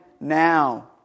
now